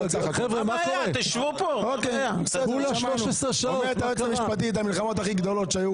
אומרת היועצת המשפטית שהמלחמות הכי גדולות שהיו,